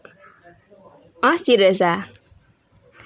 ah serious ah